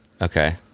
okay